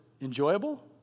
enjoyable